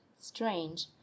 strange